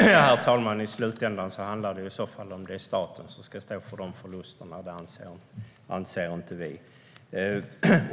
Beskattning av säkerhetsreserv Herr talman! I slutändan är frågan i så fall om det är staten som ska stå för de förlusterna. Det anser inte vi.